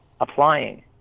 applying